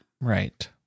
Right